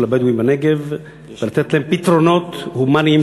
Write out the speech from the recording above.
הבדואים בנגב ולתת להם פתרונות הומניים,